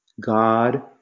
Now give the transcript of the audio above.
God